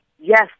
Yes